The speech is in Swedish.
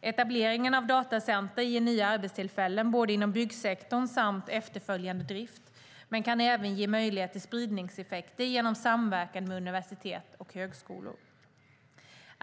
Etableringen av datacenter ger nya arbetstillfällen, både inom byggsektorn och med efterföljande drift, men kan även ge möjlighet till spridningseffekter genom samverkan med universitet och högskolor.